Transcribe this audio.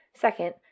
Second